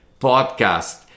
podcast